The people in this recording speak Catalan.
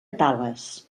tales